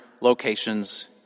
locations